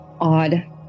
odd